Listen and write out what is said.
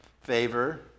favor